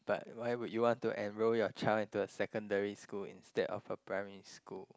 but why would you want to enroll your child into a secondary school instead of a primary school